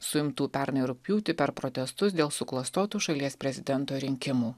suimtų pernai rugpjūtį per protestus dėl suklastotų šalies prezidento rinkimų